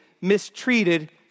mistreated